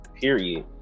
period